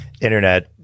internet